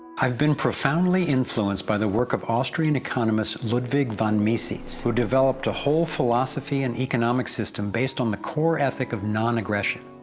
i've been profoundly influenced by the work of austrian economist ludwig von mises, who developed a whole philosophy and economic system based on the core ethic of non-aggression.